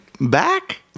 back